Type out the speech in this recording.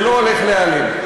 זה לא הולך להיעלם.